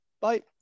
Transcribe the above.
Bye